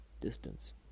distance